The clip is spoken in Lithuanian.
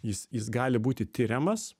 jis jis gali būti tiriamas